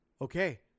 okay